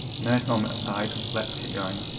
nerd moment aside. let's keep going.